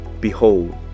Behold